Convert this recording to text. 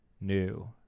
new